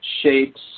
shapes